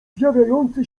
zjawiający